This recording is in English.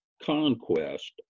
conquest